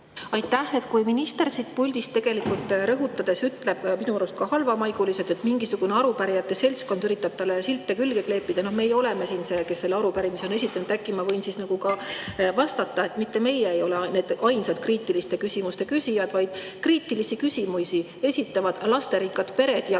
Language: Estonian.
Aitäh! Kui minister siit puldist rõhutades ütleb – minu arust ka halvamaiguliselt –, et mingisugune arupärijate seltskond üritab talle silte külge kleepida. Meie oleme siin need, kes selle arupärimise on esitanud, ja äkki ma võin siis ka vastata, et mitte meie ei ole need ainsad kriitiliste küsimuste küsijad, vaid kriitilisi küsimusi esitavad lasterikkad pered,